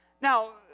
Now